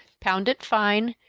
pound it fine,